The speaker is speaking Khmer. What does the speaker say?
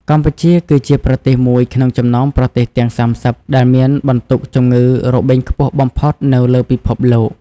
កម្ពុជា គឺជាប្រទេសមួយក្នុងចំណោមប្រទេសទាំង ៣០ ដែលមានបន្ទុកជំងឺរបេងខ្ពស់បំផុតនៅលើពិភពលោក។